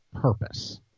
purpose